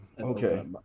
okay